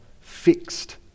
fixed